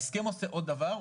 ההסכם עושה עוד דבר,